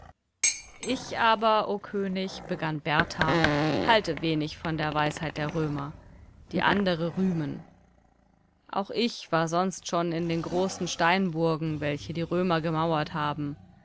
ich aber o könig begann berthar halte wenig von der weisheit der römer die andere rühmen auch ich war sonst schon in den großen steinburgen welche die römer gemauert haben